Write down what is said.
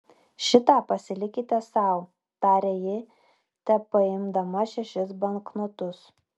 šitą pasilikite sau tarė ji tepaimdama šešis banknotus